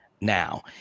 now